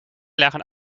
leggen